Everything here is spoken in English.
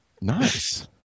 Nice